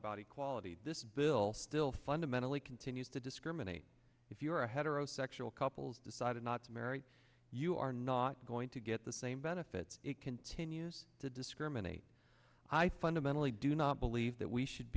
about equality this bill still fundamentally continues to discriminate if you're a heterosexual couples decided not to marry you are not going to get the same benefits it continues to discriminate i fundamentally do not believe that we should